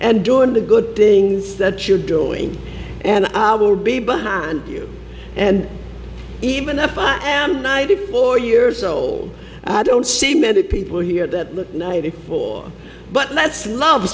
and doing the good things that you're doing and i will be behind you and even if i am ninety four years old i don't see many people here the ninety four but let's love